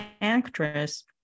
actress